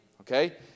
Okay